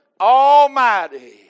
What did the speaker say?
Almighty